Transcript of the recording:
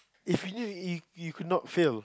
if you you you could not fail